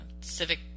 civic